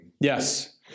Yes